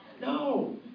No